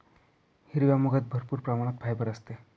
हिरव्या मुगात भरपूर प्रमाणात फायबर असते